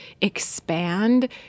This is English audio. expand